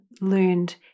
learned